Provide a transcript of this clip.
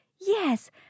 yes